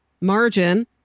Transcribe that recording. margin